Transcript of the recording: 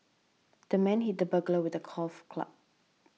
the man hit the burglar with a golf club